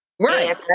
Right